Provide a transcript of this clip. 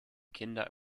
kinder